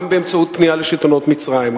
גם באמצעות פנייה לשלטונות מצרים,